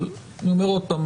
אבל אני אומר עוד פעם,